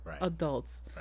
adults